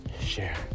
Share